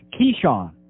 Keyshawn